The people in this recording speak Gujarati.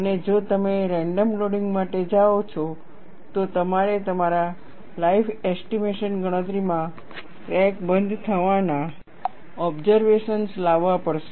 અને જો તમે રેન્ડમ લોડિંગ માટે જાઓ છો તો તમારે તમારા લાઈફ એસ્ટીમેશન ગણતરીમાં ક્રેક બંધ થવાના ઓબસર્વેશન્સ લાવવા પડશે